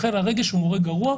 לכן הרגש הוא מורה קבוע.